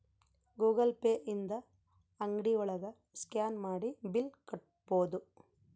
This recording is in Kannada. ಗೂಗಲ್ ಪೇ ಇಂದ ಅಂಗ್ಡಿ ಒಳಗ ಸ್ಕ್ಯಾನ್ ಮಾಡಿ ಬಿಲ್ ಕಟ್ಬೋದು